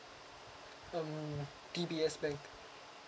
um D_B_S bank